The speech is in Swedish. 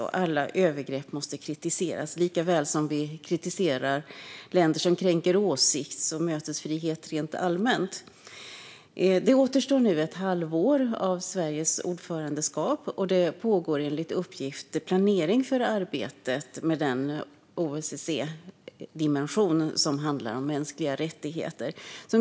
Och alla övergrepp måste kritiseras, likaväl som vi kritiserar länder som kränker åsikts och mötesfrihet rent allmänt. Det återstår nu ett halvår av Sveriges ordförandeskap. Enligt uppgift pågår det planering av arbetet med den OSSE-dimension som handlar om mänskliga rättigheter.